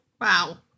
Wow